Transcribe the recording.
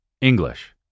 English